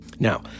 now